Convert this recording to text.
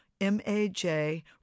M-A-J